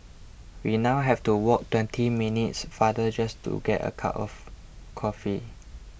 we now have to walk twenty minutes farther just to get a of coffee